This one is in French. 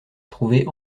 trouver